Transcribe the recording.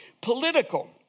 political